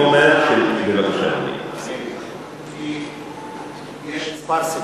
יש כמה סיבות,